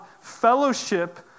fellowship